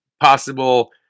possible